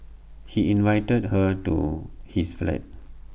he invited her to his flat